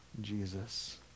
Jesus